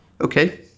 Okay